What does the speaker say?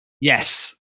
Yes